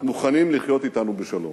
מוכנים לחיות אתנו בשלום.